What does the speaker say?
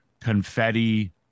Confetti